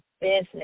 business